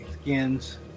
Skins